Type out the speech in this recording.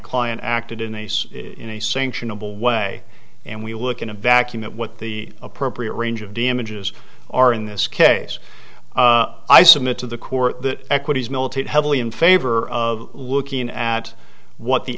client acted in a in a sanction of a way and we look in a vacuum at what the appropriate range of damages are in this case i submit to the court that equities militate heavily in favor of looking at what the